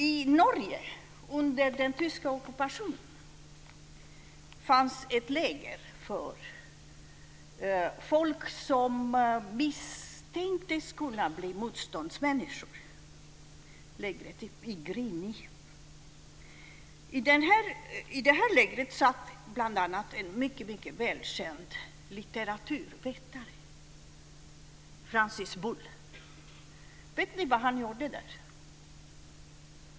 I Norge, under den tyska ockupationen, fanns ett läger för folk som misstänktes kunna bli motståndsmänniskor - lägret Grini. I detta läger satt bl.a. en mycket välkänd litteraturvetare: Francis Bull. Vet ni vad han gjorde där?